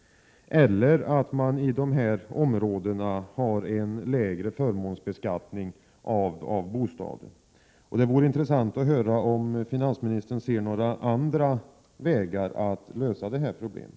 Det andra är att man i de här områdena skulle kunna ha lägre förmånsbeskattning av bostad. Det vore intressant att höra om finansministern ser några andra vägar för att lösa det här problemet.